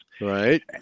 right